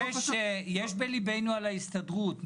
יש בליבנו על ההסתדרות,